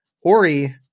Ori